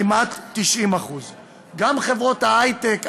כמעט 90%; גם חברות ההיי-טק,